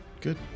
good